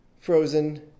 frozen